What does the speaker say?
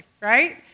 right